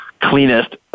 cleanest